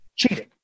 cheating